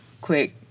quick